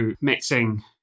mixing